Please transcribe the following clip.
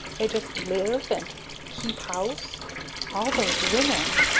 they just live and keep house all those women!